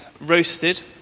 roasted